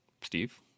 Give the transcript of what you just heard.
steve